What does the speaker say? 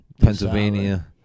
Pennsylvania